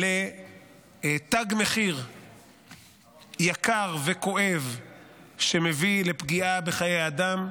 לוקחת כסף וממירה אותו לתג מחיר יקר וכואב שמביא לפגיעה בחיי אדם,